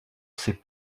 ces